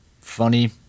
funny